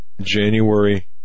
January